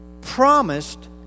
promised